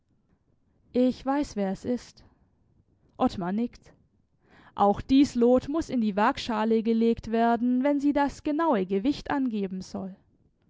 ich weiß wer es ist ottmar nickt auch dies lot muß in die wagschale gelegt werden wenn sie das genaue gewicht angeben soll